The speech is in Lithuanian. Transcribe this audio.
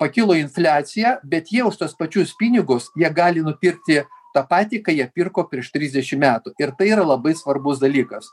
pakilo infliacija bet jaust tuos pačius pinigus jie gali nupirkti tą patį ką jie pirko prieš trisdešim metų ir tai yra labai svarbus dalykas